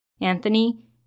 Anthony